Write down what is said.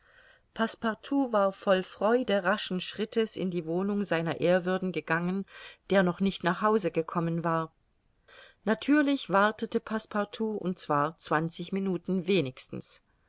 war voll freude raschen schrittes in die wohnung sr ehrwürden gegangen der noch nicht nach hause gekommen war natürlich wartete passepartout und zwar zwanzig minuten wenigstens